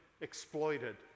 exploited